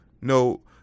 no